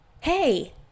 Hey